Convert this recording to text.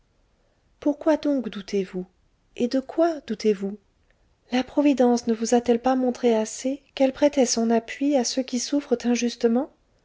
pourquoi donc doutez-vous et de quoi doutez-vous la providence ne vous a-t-elle pas montré assez qu'elle prêtait son appui à ceux qui souffrent injustement